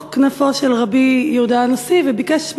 כנפו של רבי יהודה הנשיא וביקש מחסה.